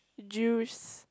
Jews